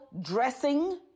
dressing